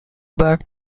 back